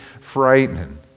frightened